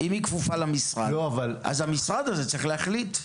אם היא כפופה למשרד, אז המשרד הזה צריך להחליט.